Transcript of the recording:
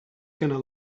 gonna